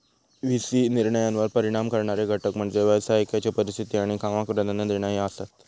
V C निर्णयांवर परिणाम करणारे घटक म्हणजे व्यवसायाची परिस्थिती आणि कामाक प्राधान्य देणा ही आसात